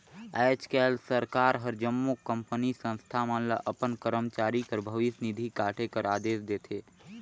आएज काएल सरकार हर जम्मो कंपनी, संस्था मन ल अपन करमचारी कर भविस निधि काटे कर अदेस देथे